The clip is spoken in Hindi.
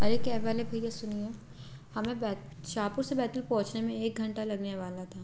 अरे कैब वाले भैया सुनिए हमें बैत शाहपुर से बैतल पहुँचने में एक घंटा लगने वाला था